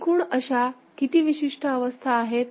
एकूण अशा किती विशिष्ट अवस्था आहेत